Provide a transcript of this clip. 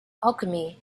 alchemy